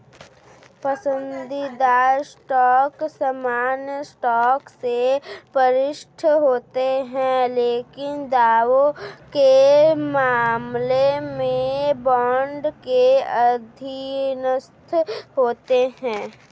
पसंदीदा स्टॉक सामान्य स्टॉक से वरिष्ठ होते हैं लेकिन दावों के मामले में बॉन्ड के अधीनस्थ होते हैं